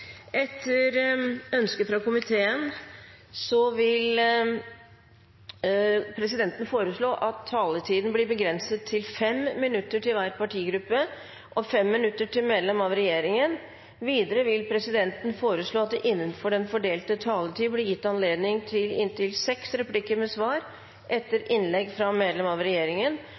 Etter ønske fra transport- og kommunikasjonskomiteen vil presidenten foreslå at taletiden blir begrenset til 5 minutter til hver partigruppe og 5 minutter til medlemmer av regjeringen. Videre vil presidenten foreslå at det – innenfor den fordelte taletid – blir gitt anledning til inntil seks replikker med svar etter innlegg fra medlem av regjeringen,